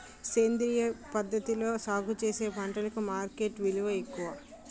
సేంద్రియ పద్ధతిలో సాగు చేసిన పంటలకు మార్కెట్ విలువ ఎక్కువ